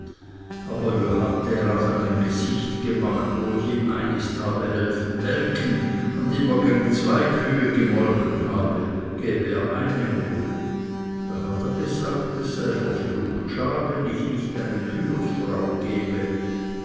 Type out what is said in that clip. aber wie hat er afe ein gesicht gemacht wo ich ihm einist habe helfen melken und immer geng zwei kühe gmolchen habe gäb er eine wohl da hat er gesagt es sei verflucht schad wenn ich nicht eine kühersfrau gebe